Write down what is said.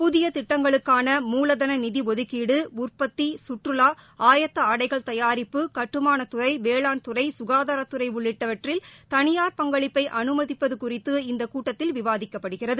புதிய திட்டங்களுக்கான மூலதன நிதி ஒதுக்கீடு உற்பத்தி சுற்றுலா ஆயத்த ஆடைகள் தயாரிப்பு கட்டுமான துறை வேளாண் துறை சுகாதாரத்துறை உள்ளிட்ட வற்றில் தனியார் பங்களிப்பை அனுமதிப்பது குறித்து இந்த கூட்டத்தில் விவாதிக்கப்படுகிறது